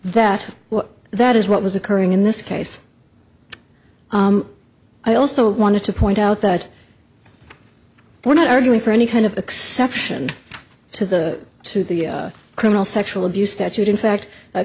that that is what was occurring in this case i also wanted to point out that we're not arguing for any kind of exception to the to the criminal sexual abuse statute in fact